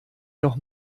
noch